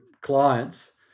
clients